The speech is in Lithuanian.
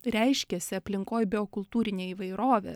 reiškiasi aplinkoj biokultūrinė įvairovė